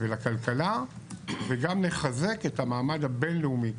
ולכלכלה וגם נחזק את המעמד הבין-לאומי